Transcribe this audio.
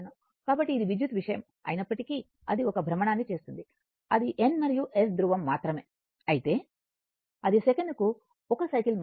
కాబట్టి ఇది విద్యుత్ విషయం అయినప్పటికీ అది ఒక భ్రమణాన్ని చేస్తుంది అది N మరియు S ధృవంమాత్రమే అయితే అది సెకనుకు 1 సైకిల్ మాత్రమే